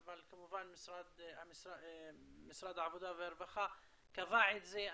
אבל כמובן משרד העבודה והרווחה קבע את זה.